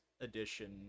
edition